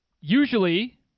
usually